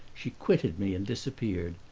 she quitted me and disappeared,